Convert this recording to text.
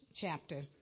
chapter